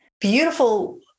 beautiful